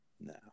No